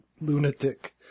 lunatic